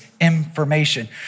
information